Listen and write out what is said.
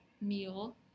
meal